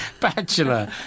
bachelor